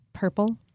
purple